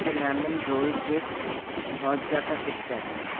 cinnamon roll hot जाता KitKat